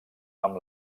amb